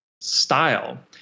style